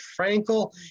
Frankel